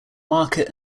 market